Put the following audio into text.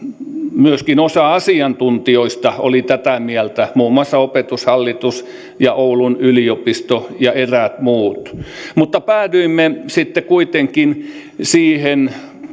myöskin osa asiantuntijoista oli tätä mieltä muun muassa opetushallitus ja oulun yliopisto ja eräät muut mutta päädyimme sitten kuitenkin siihen